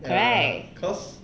ya cause